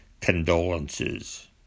condolences